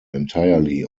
entirely